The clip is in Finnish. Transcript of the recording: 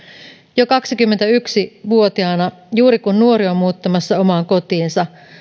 jo kaksikymmentäyksi vuotiaana juuri kun nuori on muuttamassa omaan kotiinsa